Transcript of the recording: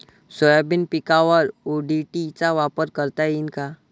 Soybean पिकावर ODT चा वापर करता येईन का?